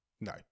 No